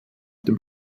dem